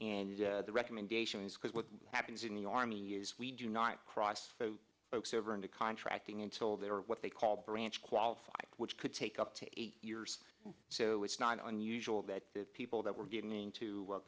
and the recommendations because what happens in the army years we do not cross over into contracting until there are what they call branch qualified which could take up to eight years so it's not unusual that people that were getting into